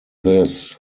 this